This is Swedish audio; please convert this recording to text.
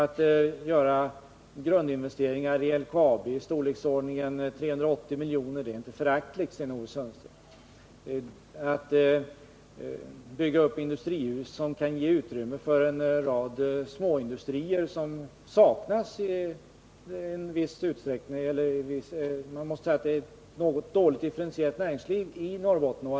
Grundinvesteringarna i LKAB i storleksordningen 380 milj.kr. är inte heller något föraktligt belopp, Sten-Ove Sundström. Att bygga upp industrihus som kan ge utrymme för en rad sådana småindustrier som nu saknas där i viss utsträckning är likaså en angelägen sak, eftersom man måste säga att näringslivet i Norrbotten är dåligt differentierat.